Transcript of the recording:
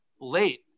late